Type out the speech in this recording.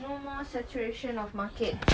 no more saturation of market